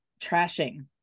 trashing